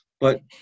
But-